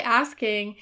asking